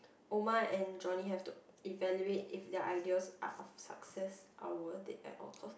Omar and Johnny have to evaluate if their ideas are of success or worth it at all costs